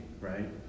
right